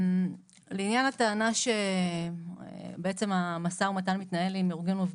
לעניין הטענה שבעצם המשא ומתן מתנהל עם ארגון עובדים: